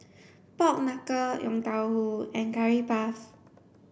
pork knuckle yong tau foo and curry puff